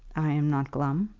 i am not glum.